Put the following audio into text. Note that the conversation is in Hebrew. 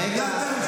רגע,